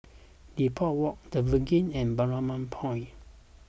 Depot Walk the Verge and Balmoral Point